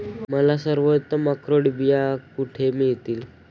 मला सर्वोत्तम अक्रोड बिया कुठे मिळतील